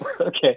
Okay